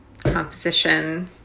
Composition